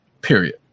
period